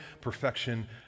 perfection